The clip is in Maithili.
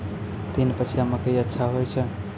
तीन पछिया मकई अच्छा होय छै?